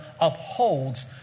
upholds